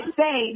say